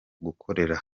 gukorera